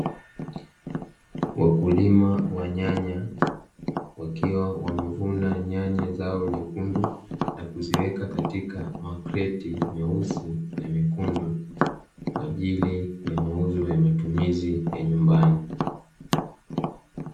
Wakulima wa nyanya, wakiwa wamevuna nyanya zao nyekundu na kuziweka katika makreti meusi na mekundu, kwa ajili ya mauzo ya matumizi ya nyumbani.